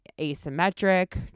asymmetric